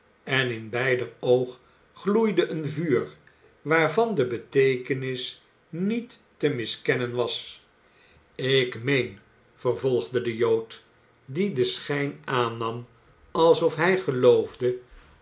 en in beider oog gloeide een vuur waarvan de beteekenis niet te miskennen was ik meen vervolgde de jood die den schijn aannam alsof hij geloofde